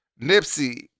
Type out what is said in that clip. Nipsey